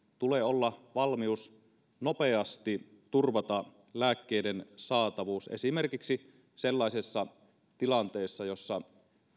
tulee olla valmius nopeasti turvata lääkkeiden saatavuus esimerkiksi sellaisessa tilanteessa jossa